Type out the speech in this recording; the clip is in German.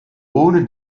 ohne